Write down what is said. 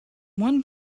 one